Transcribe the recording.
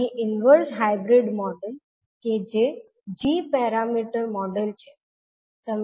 અહીં inverse hybrid model કે જે g પેરામીટર મોડેલ છે તમે આની જેમ દોરી શકો છો